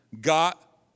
got